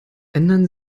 ändern